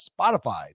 Spotify